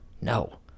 No